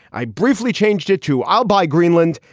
i briefly changed it to? i'll buy greenland.